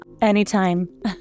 Anytime